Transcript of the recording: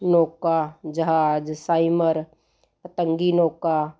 ਨੋਕਾ ਜਹਾਜ ਸਾਈਮਰ ਪਤੰਗੀ ਨੋਕਾ